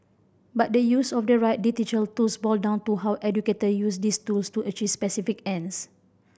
but the use of the right tools boil down to how educator use these tools to achieve specific ends